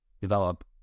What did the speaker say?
develop